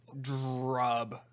Drub